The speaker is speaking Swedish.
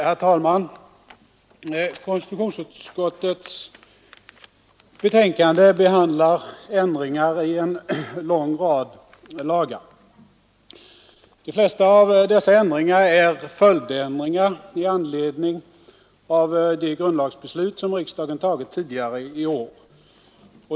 Herr talman! Konstitutionsutskottets betänkande behandlar ändringar i en lång rad lagar. De flesta av dessa ändringar är följdändringar i anledning av de grundlagsbeslut som riksdagen tagit tidigare i år.